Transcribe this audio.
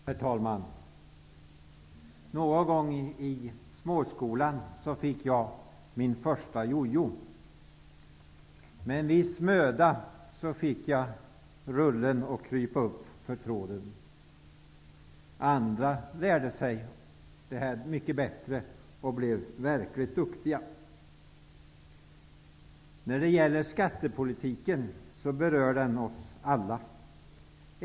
Herr talman! Någon gång när jag gick i småskolan fick jag min första jojo. Med viss möda fick jag rullen att krypa upp för tråden. Andra lärde sig det här mycket bättre och blev verkligt duktiga. Skattepolitiken berör oss alla.